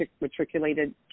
matriculated